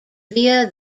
via